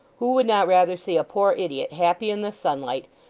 who would not rather see a poor idiot happy in the sunlight,